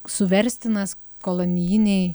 suverstinas kolonijinei